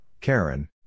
Karen